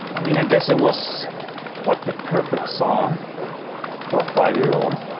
i mean, i guess it was like the perfect song for a five-year-old